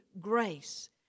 grace